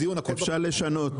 אפשר לשנות,